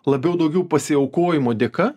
labiau daugiau pasiaukojimo dėka